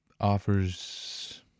offers